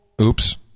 Oops